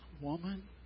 Woman